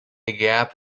gap